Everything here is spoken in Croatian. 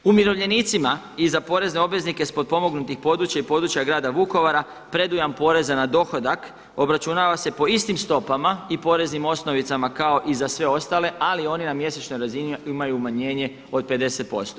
Umirovljenicima i za porezne obveznike s potpomognutih područja i područja grada Vukovara predujam poreza na dohodak obračunava se po istim stopama i poreznim osnovicama kao i za sve ostale, ali oni na mjesečnoj razini imaju umanjenje od 50%